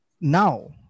now